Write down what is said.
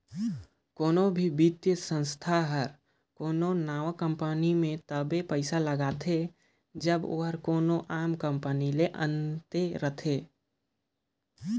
कोनो भी बित्तीय संस्था हर कोनो नावा कंपनी में तबे पइसा लगाथे जब ओहर कोनो आम कंपनी ले अन्ते रहें